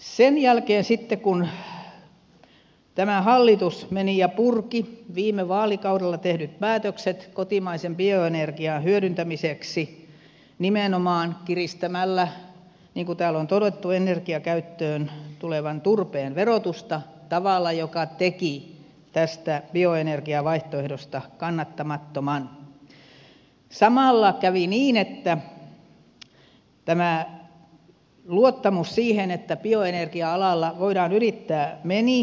sen jälkeen sitten kun tämä hallitus meni ja purki viime vaalikaudella tehdyt päätökset kotimaisen bioenergian hyödyntämiseksi nimenomaan kiristämällä niin kuin täällä on todettu energiakäyttöön tulevan turpeen verotusta tavalla joka teki tästä bioenergiavaihtoehdosta kannattamattoman niin samalla kävi niin että luottamus siihen että bioenergia alalla voidaan yrittää meni